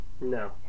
No